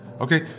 okay